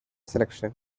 selection